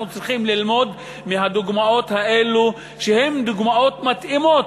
צריכים ללמוד מהדוגמאות האלה שהן דוגמאות מתאימות,